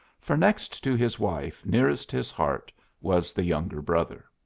for next to his wife nearest his heart was the younger brother.